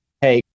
hey